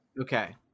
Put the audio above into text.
Okay